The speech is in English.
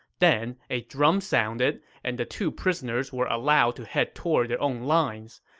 then, a drum sounded, and the two prisoners were allowed to head toward their own lines.